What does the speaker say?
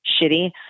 shitty